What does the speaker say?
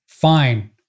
fine